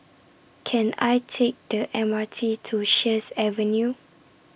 Can I Take The M R T to Sheares Avenue